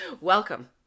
welcome